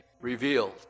revealed